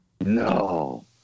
No